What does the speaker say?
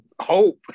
hope